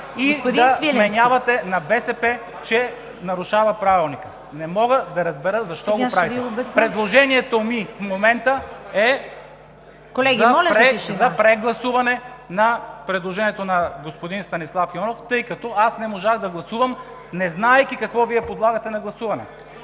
Господин Свиленски! ГЕОРГИ СВИЛЕНСКИ: Не мога да разбера защо го правите?! Предложението ми в момента е за прегласуване на предложението на господин Станислав Иванов, тъй като аз не можах да гласувам, незнаейки какво Вие подлагате на гласуване.